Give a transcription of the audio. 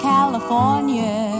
California